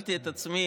שאלתי את עצמי: